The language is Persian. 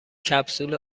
کپسول